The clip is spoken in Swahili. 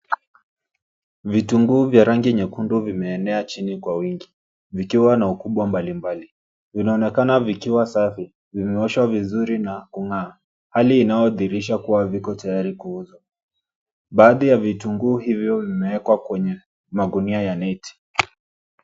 Vitunguu vya rangi nyekundu vimeenea chini kwa wingi vikiwa na ukubwa mbalimbali. Vinaonekana vikiwa safi, vimeoshwa vizuri na kung'aa, hali inayodhihirisha kuwa viko tayari kuuzwa. Baadhi ya vitunguu hivyo vimewekwa kwenye magunia ya neti.